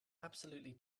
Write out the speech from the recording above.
absolutely